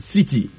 City